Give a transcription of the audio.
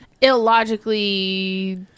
illogically